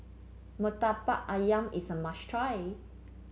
murtabak ayam is a must try